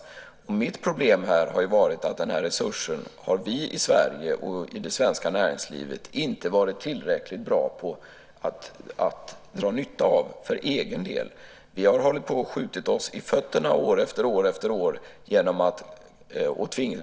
Mitt problem här har varit att vi i Sverige och i det svenska näringslivet inte varit tillräckligt bra på att dra nytta av den här resursen för egen del. Vi har hållit på att skjuta oss i fötterna år efter år.